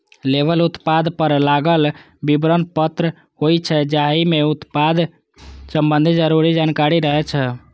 label उत्पाद पर लागल विवरण पत्र होइ छै, जाहि मे उत्पाद संबंधी जरूरी जानकारी रहै छै